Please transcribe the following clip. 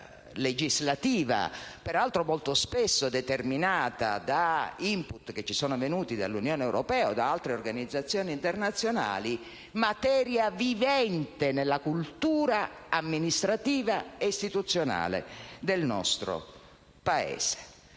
legislativa, peraltro molto spesso determinata da *input* che ci sono venuti dall'Unione europea o da altre organizzazioni internazionali, materia vivente nella cultura amministrativa ed istituzionale del nostro Paese.